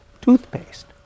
toothpaste